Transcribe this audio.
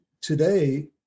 today